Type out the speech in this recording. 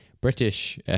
British